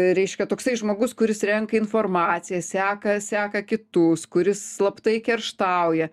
reiškia toksai žmogus kuris renka informaciją seka seka kitus kuris slaptai kerštauja